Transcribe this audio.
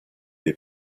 dei